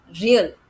real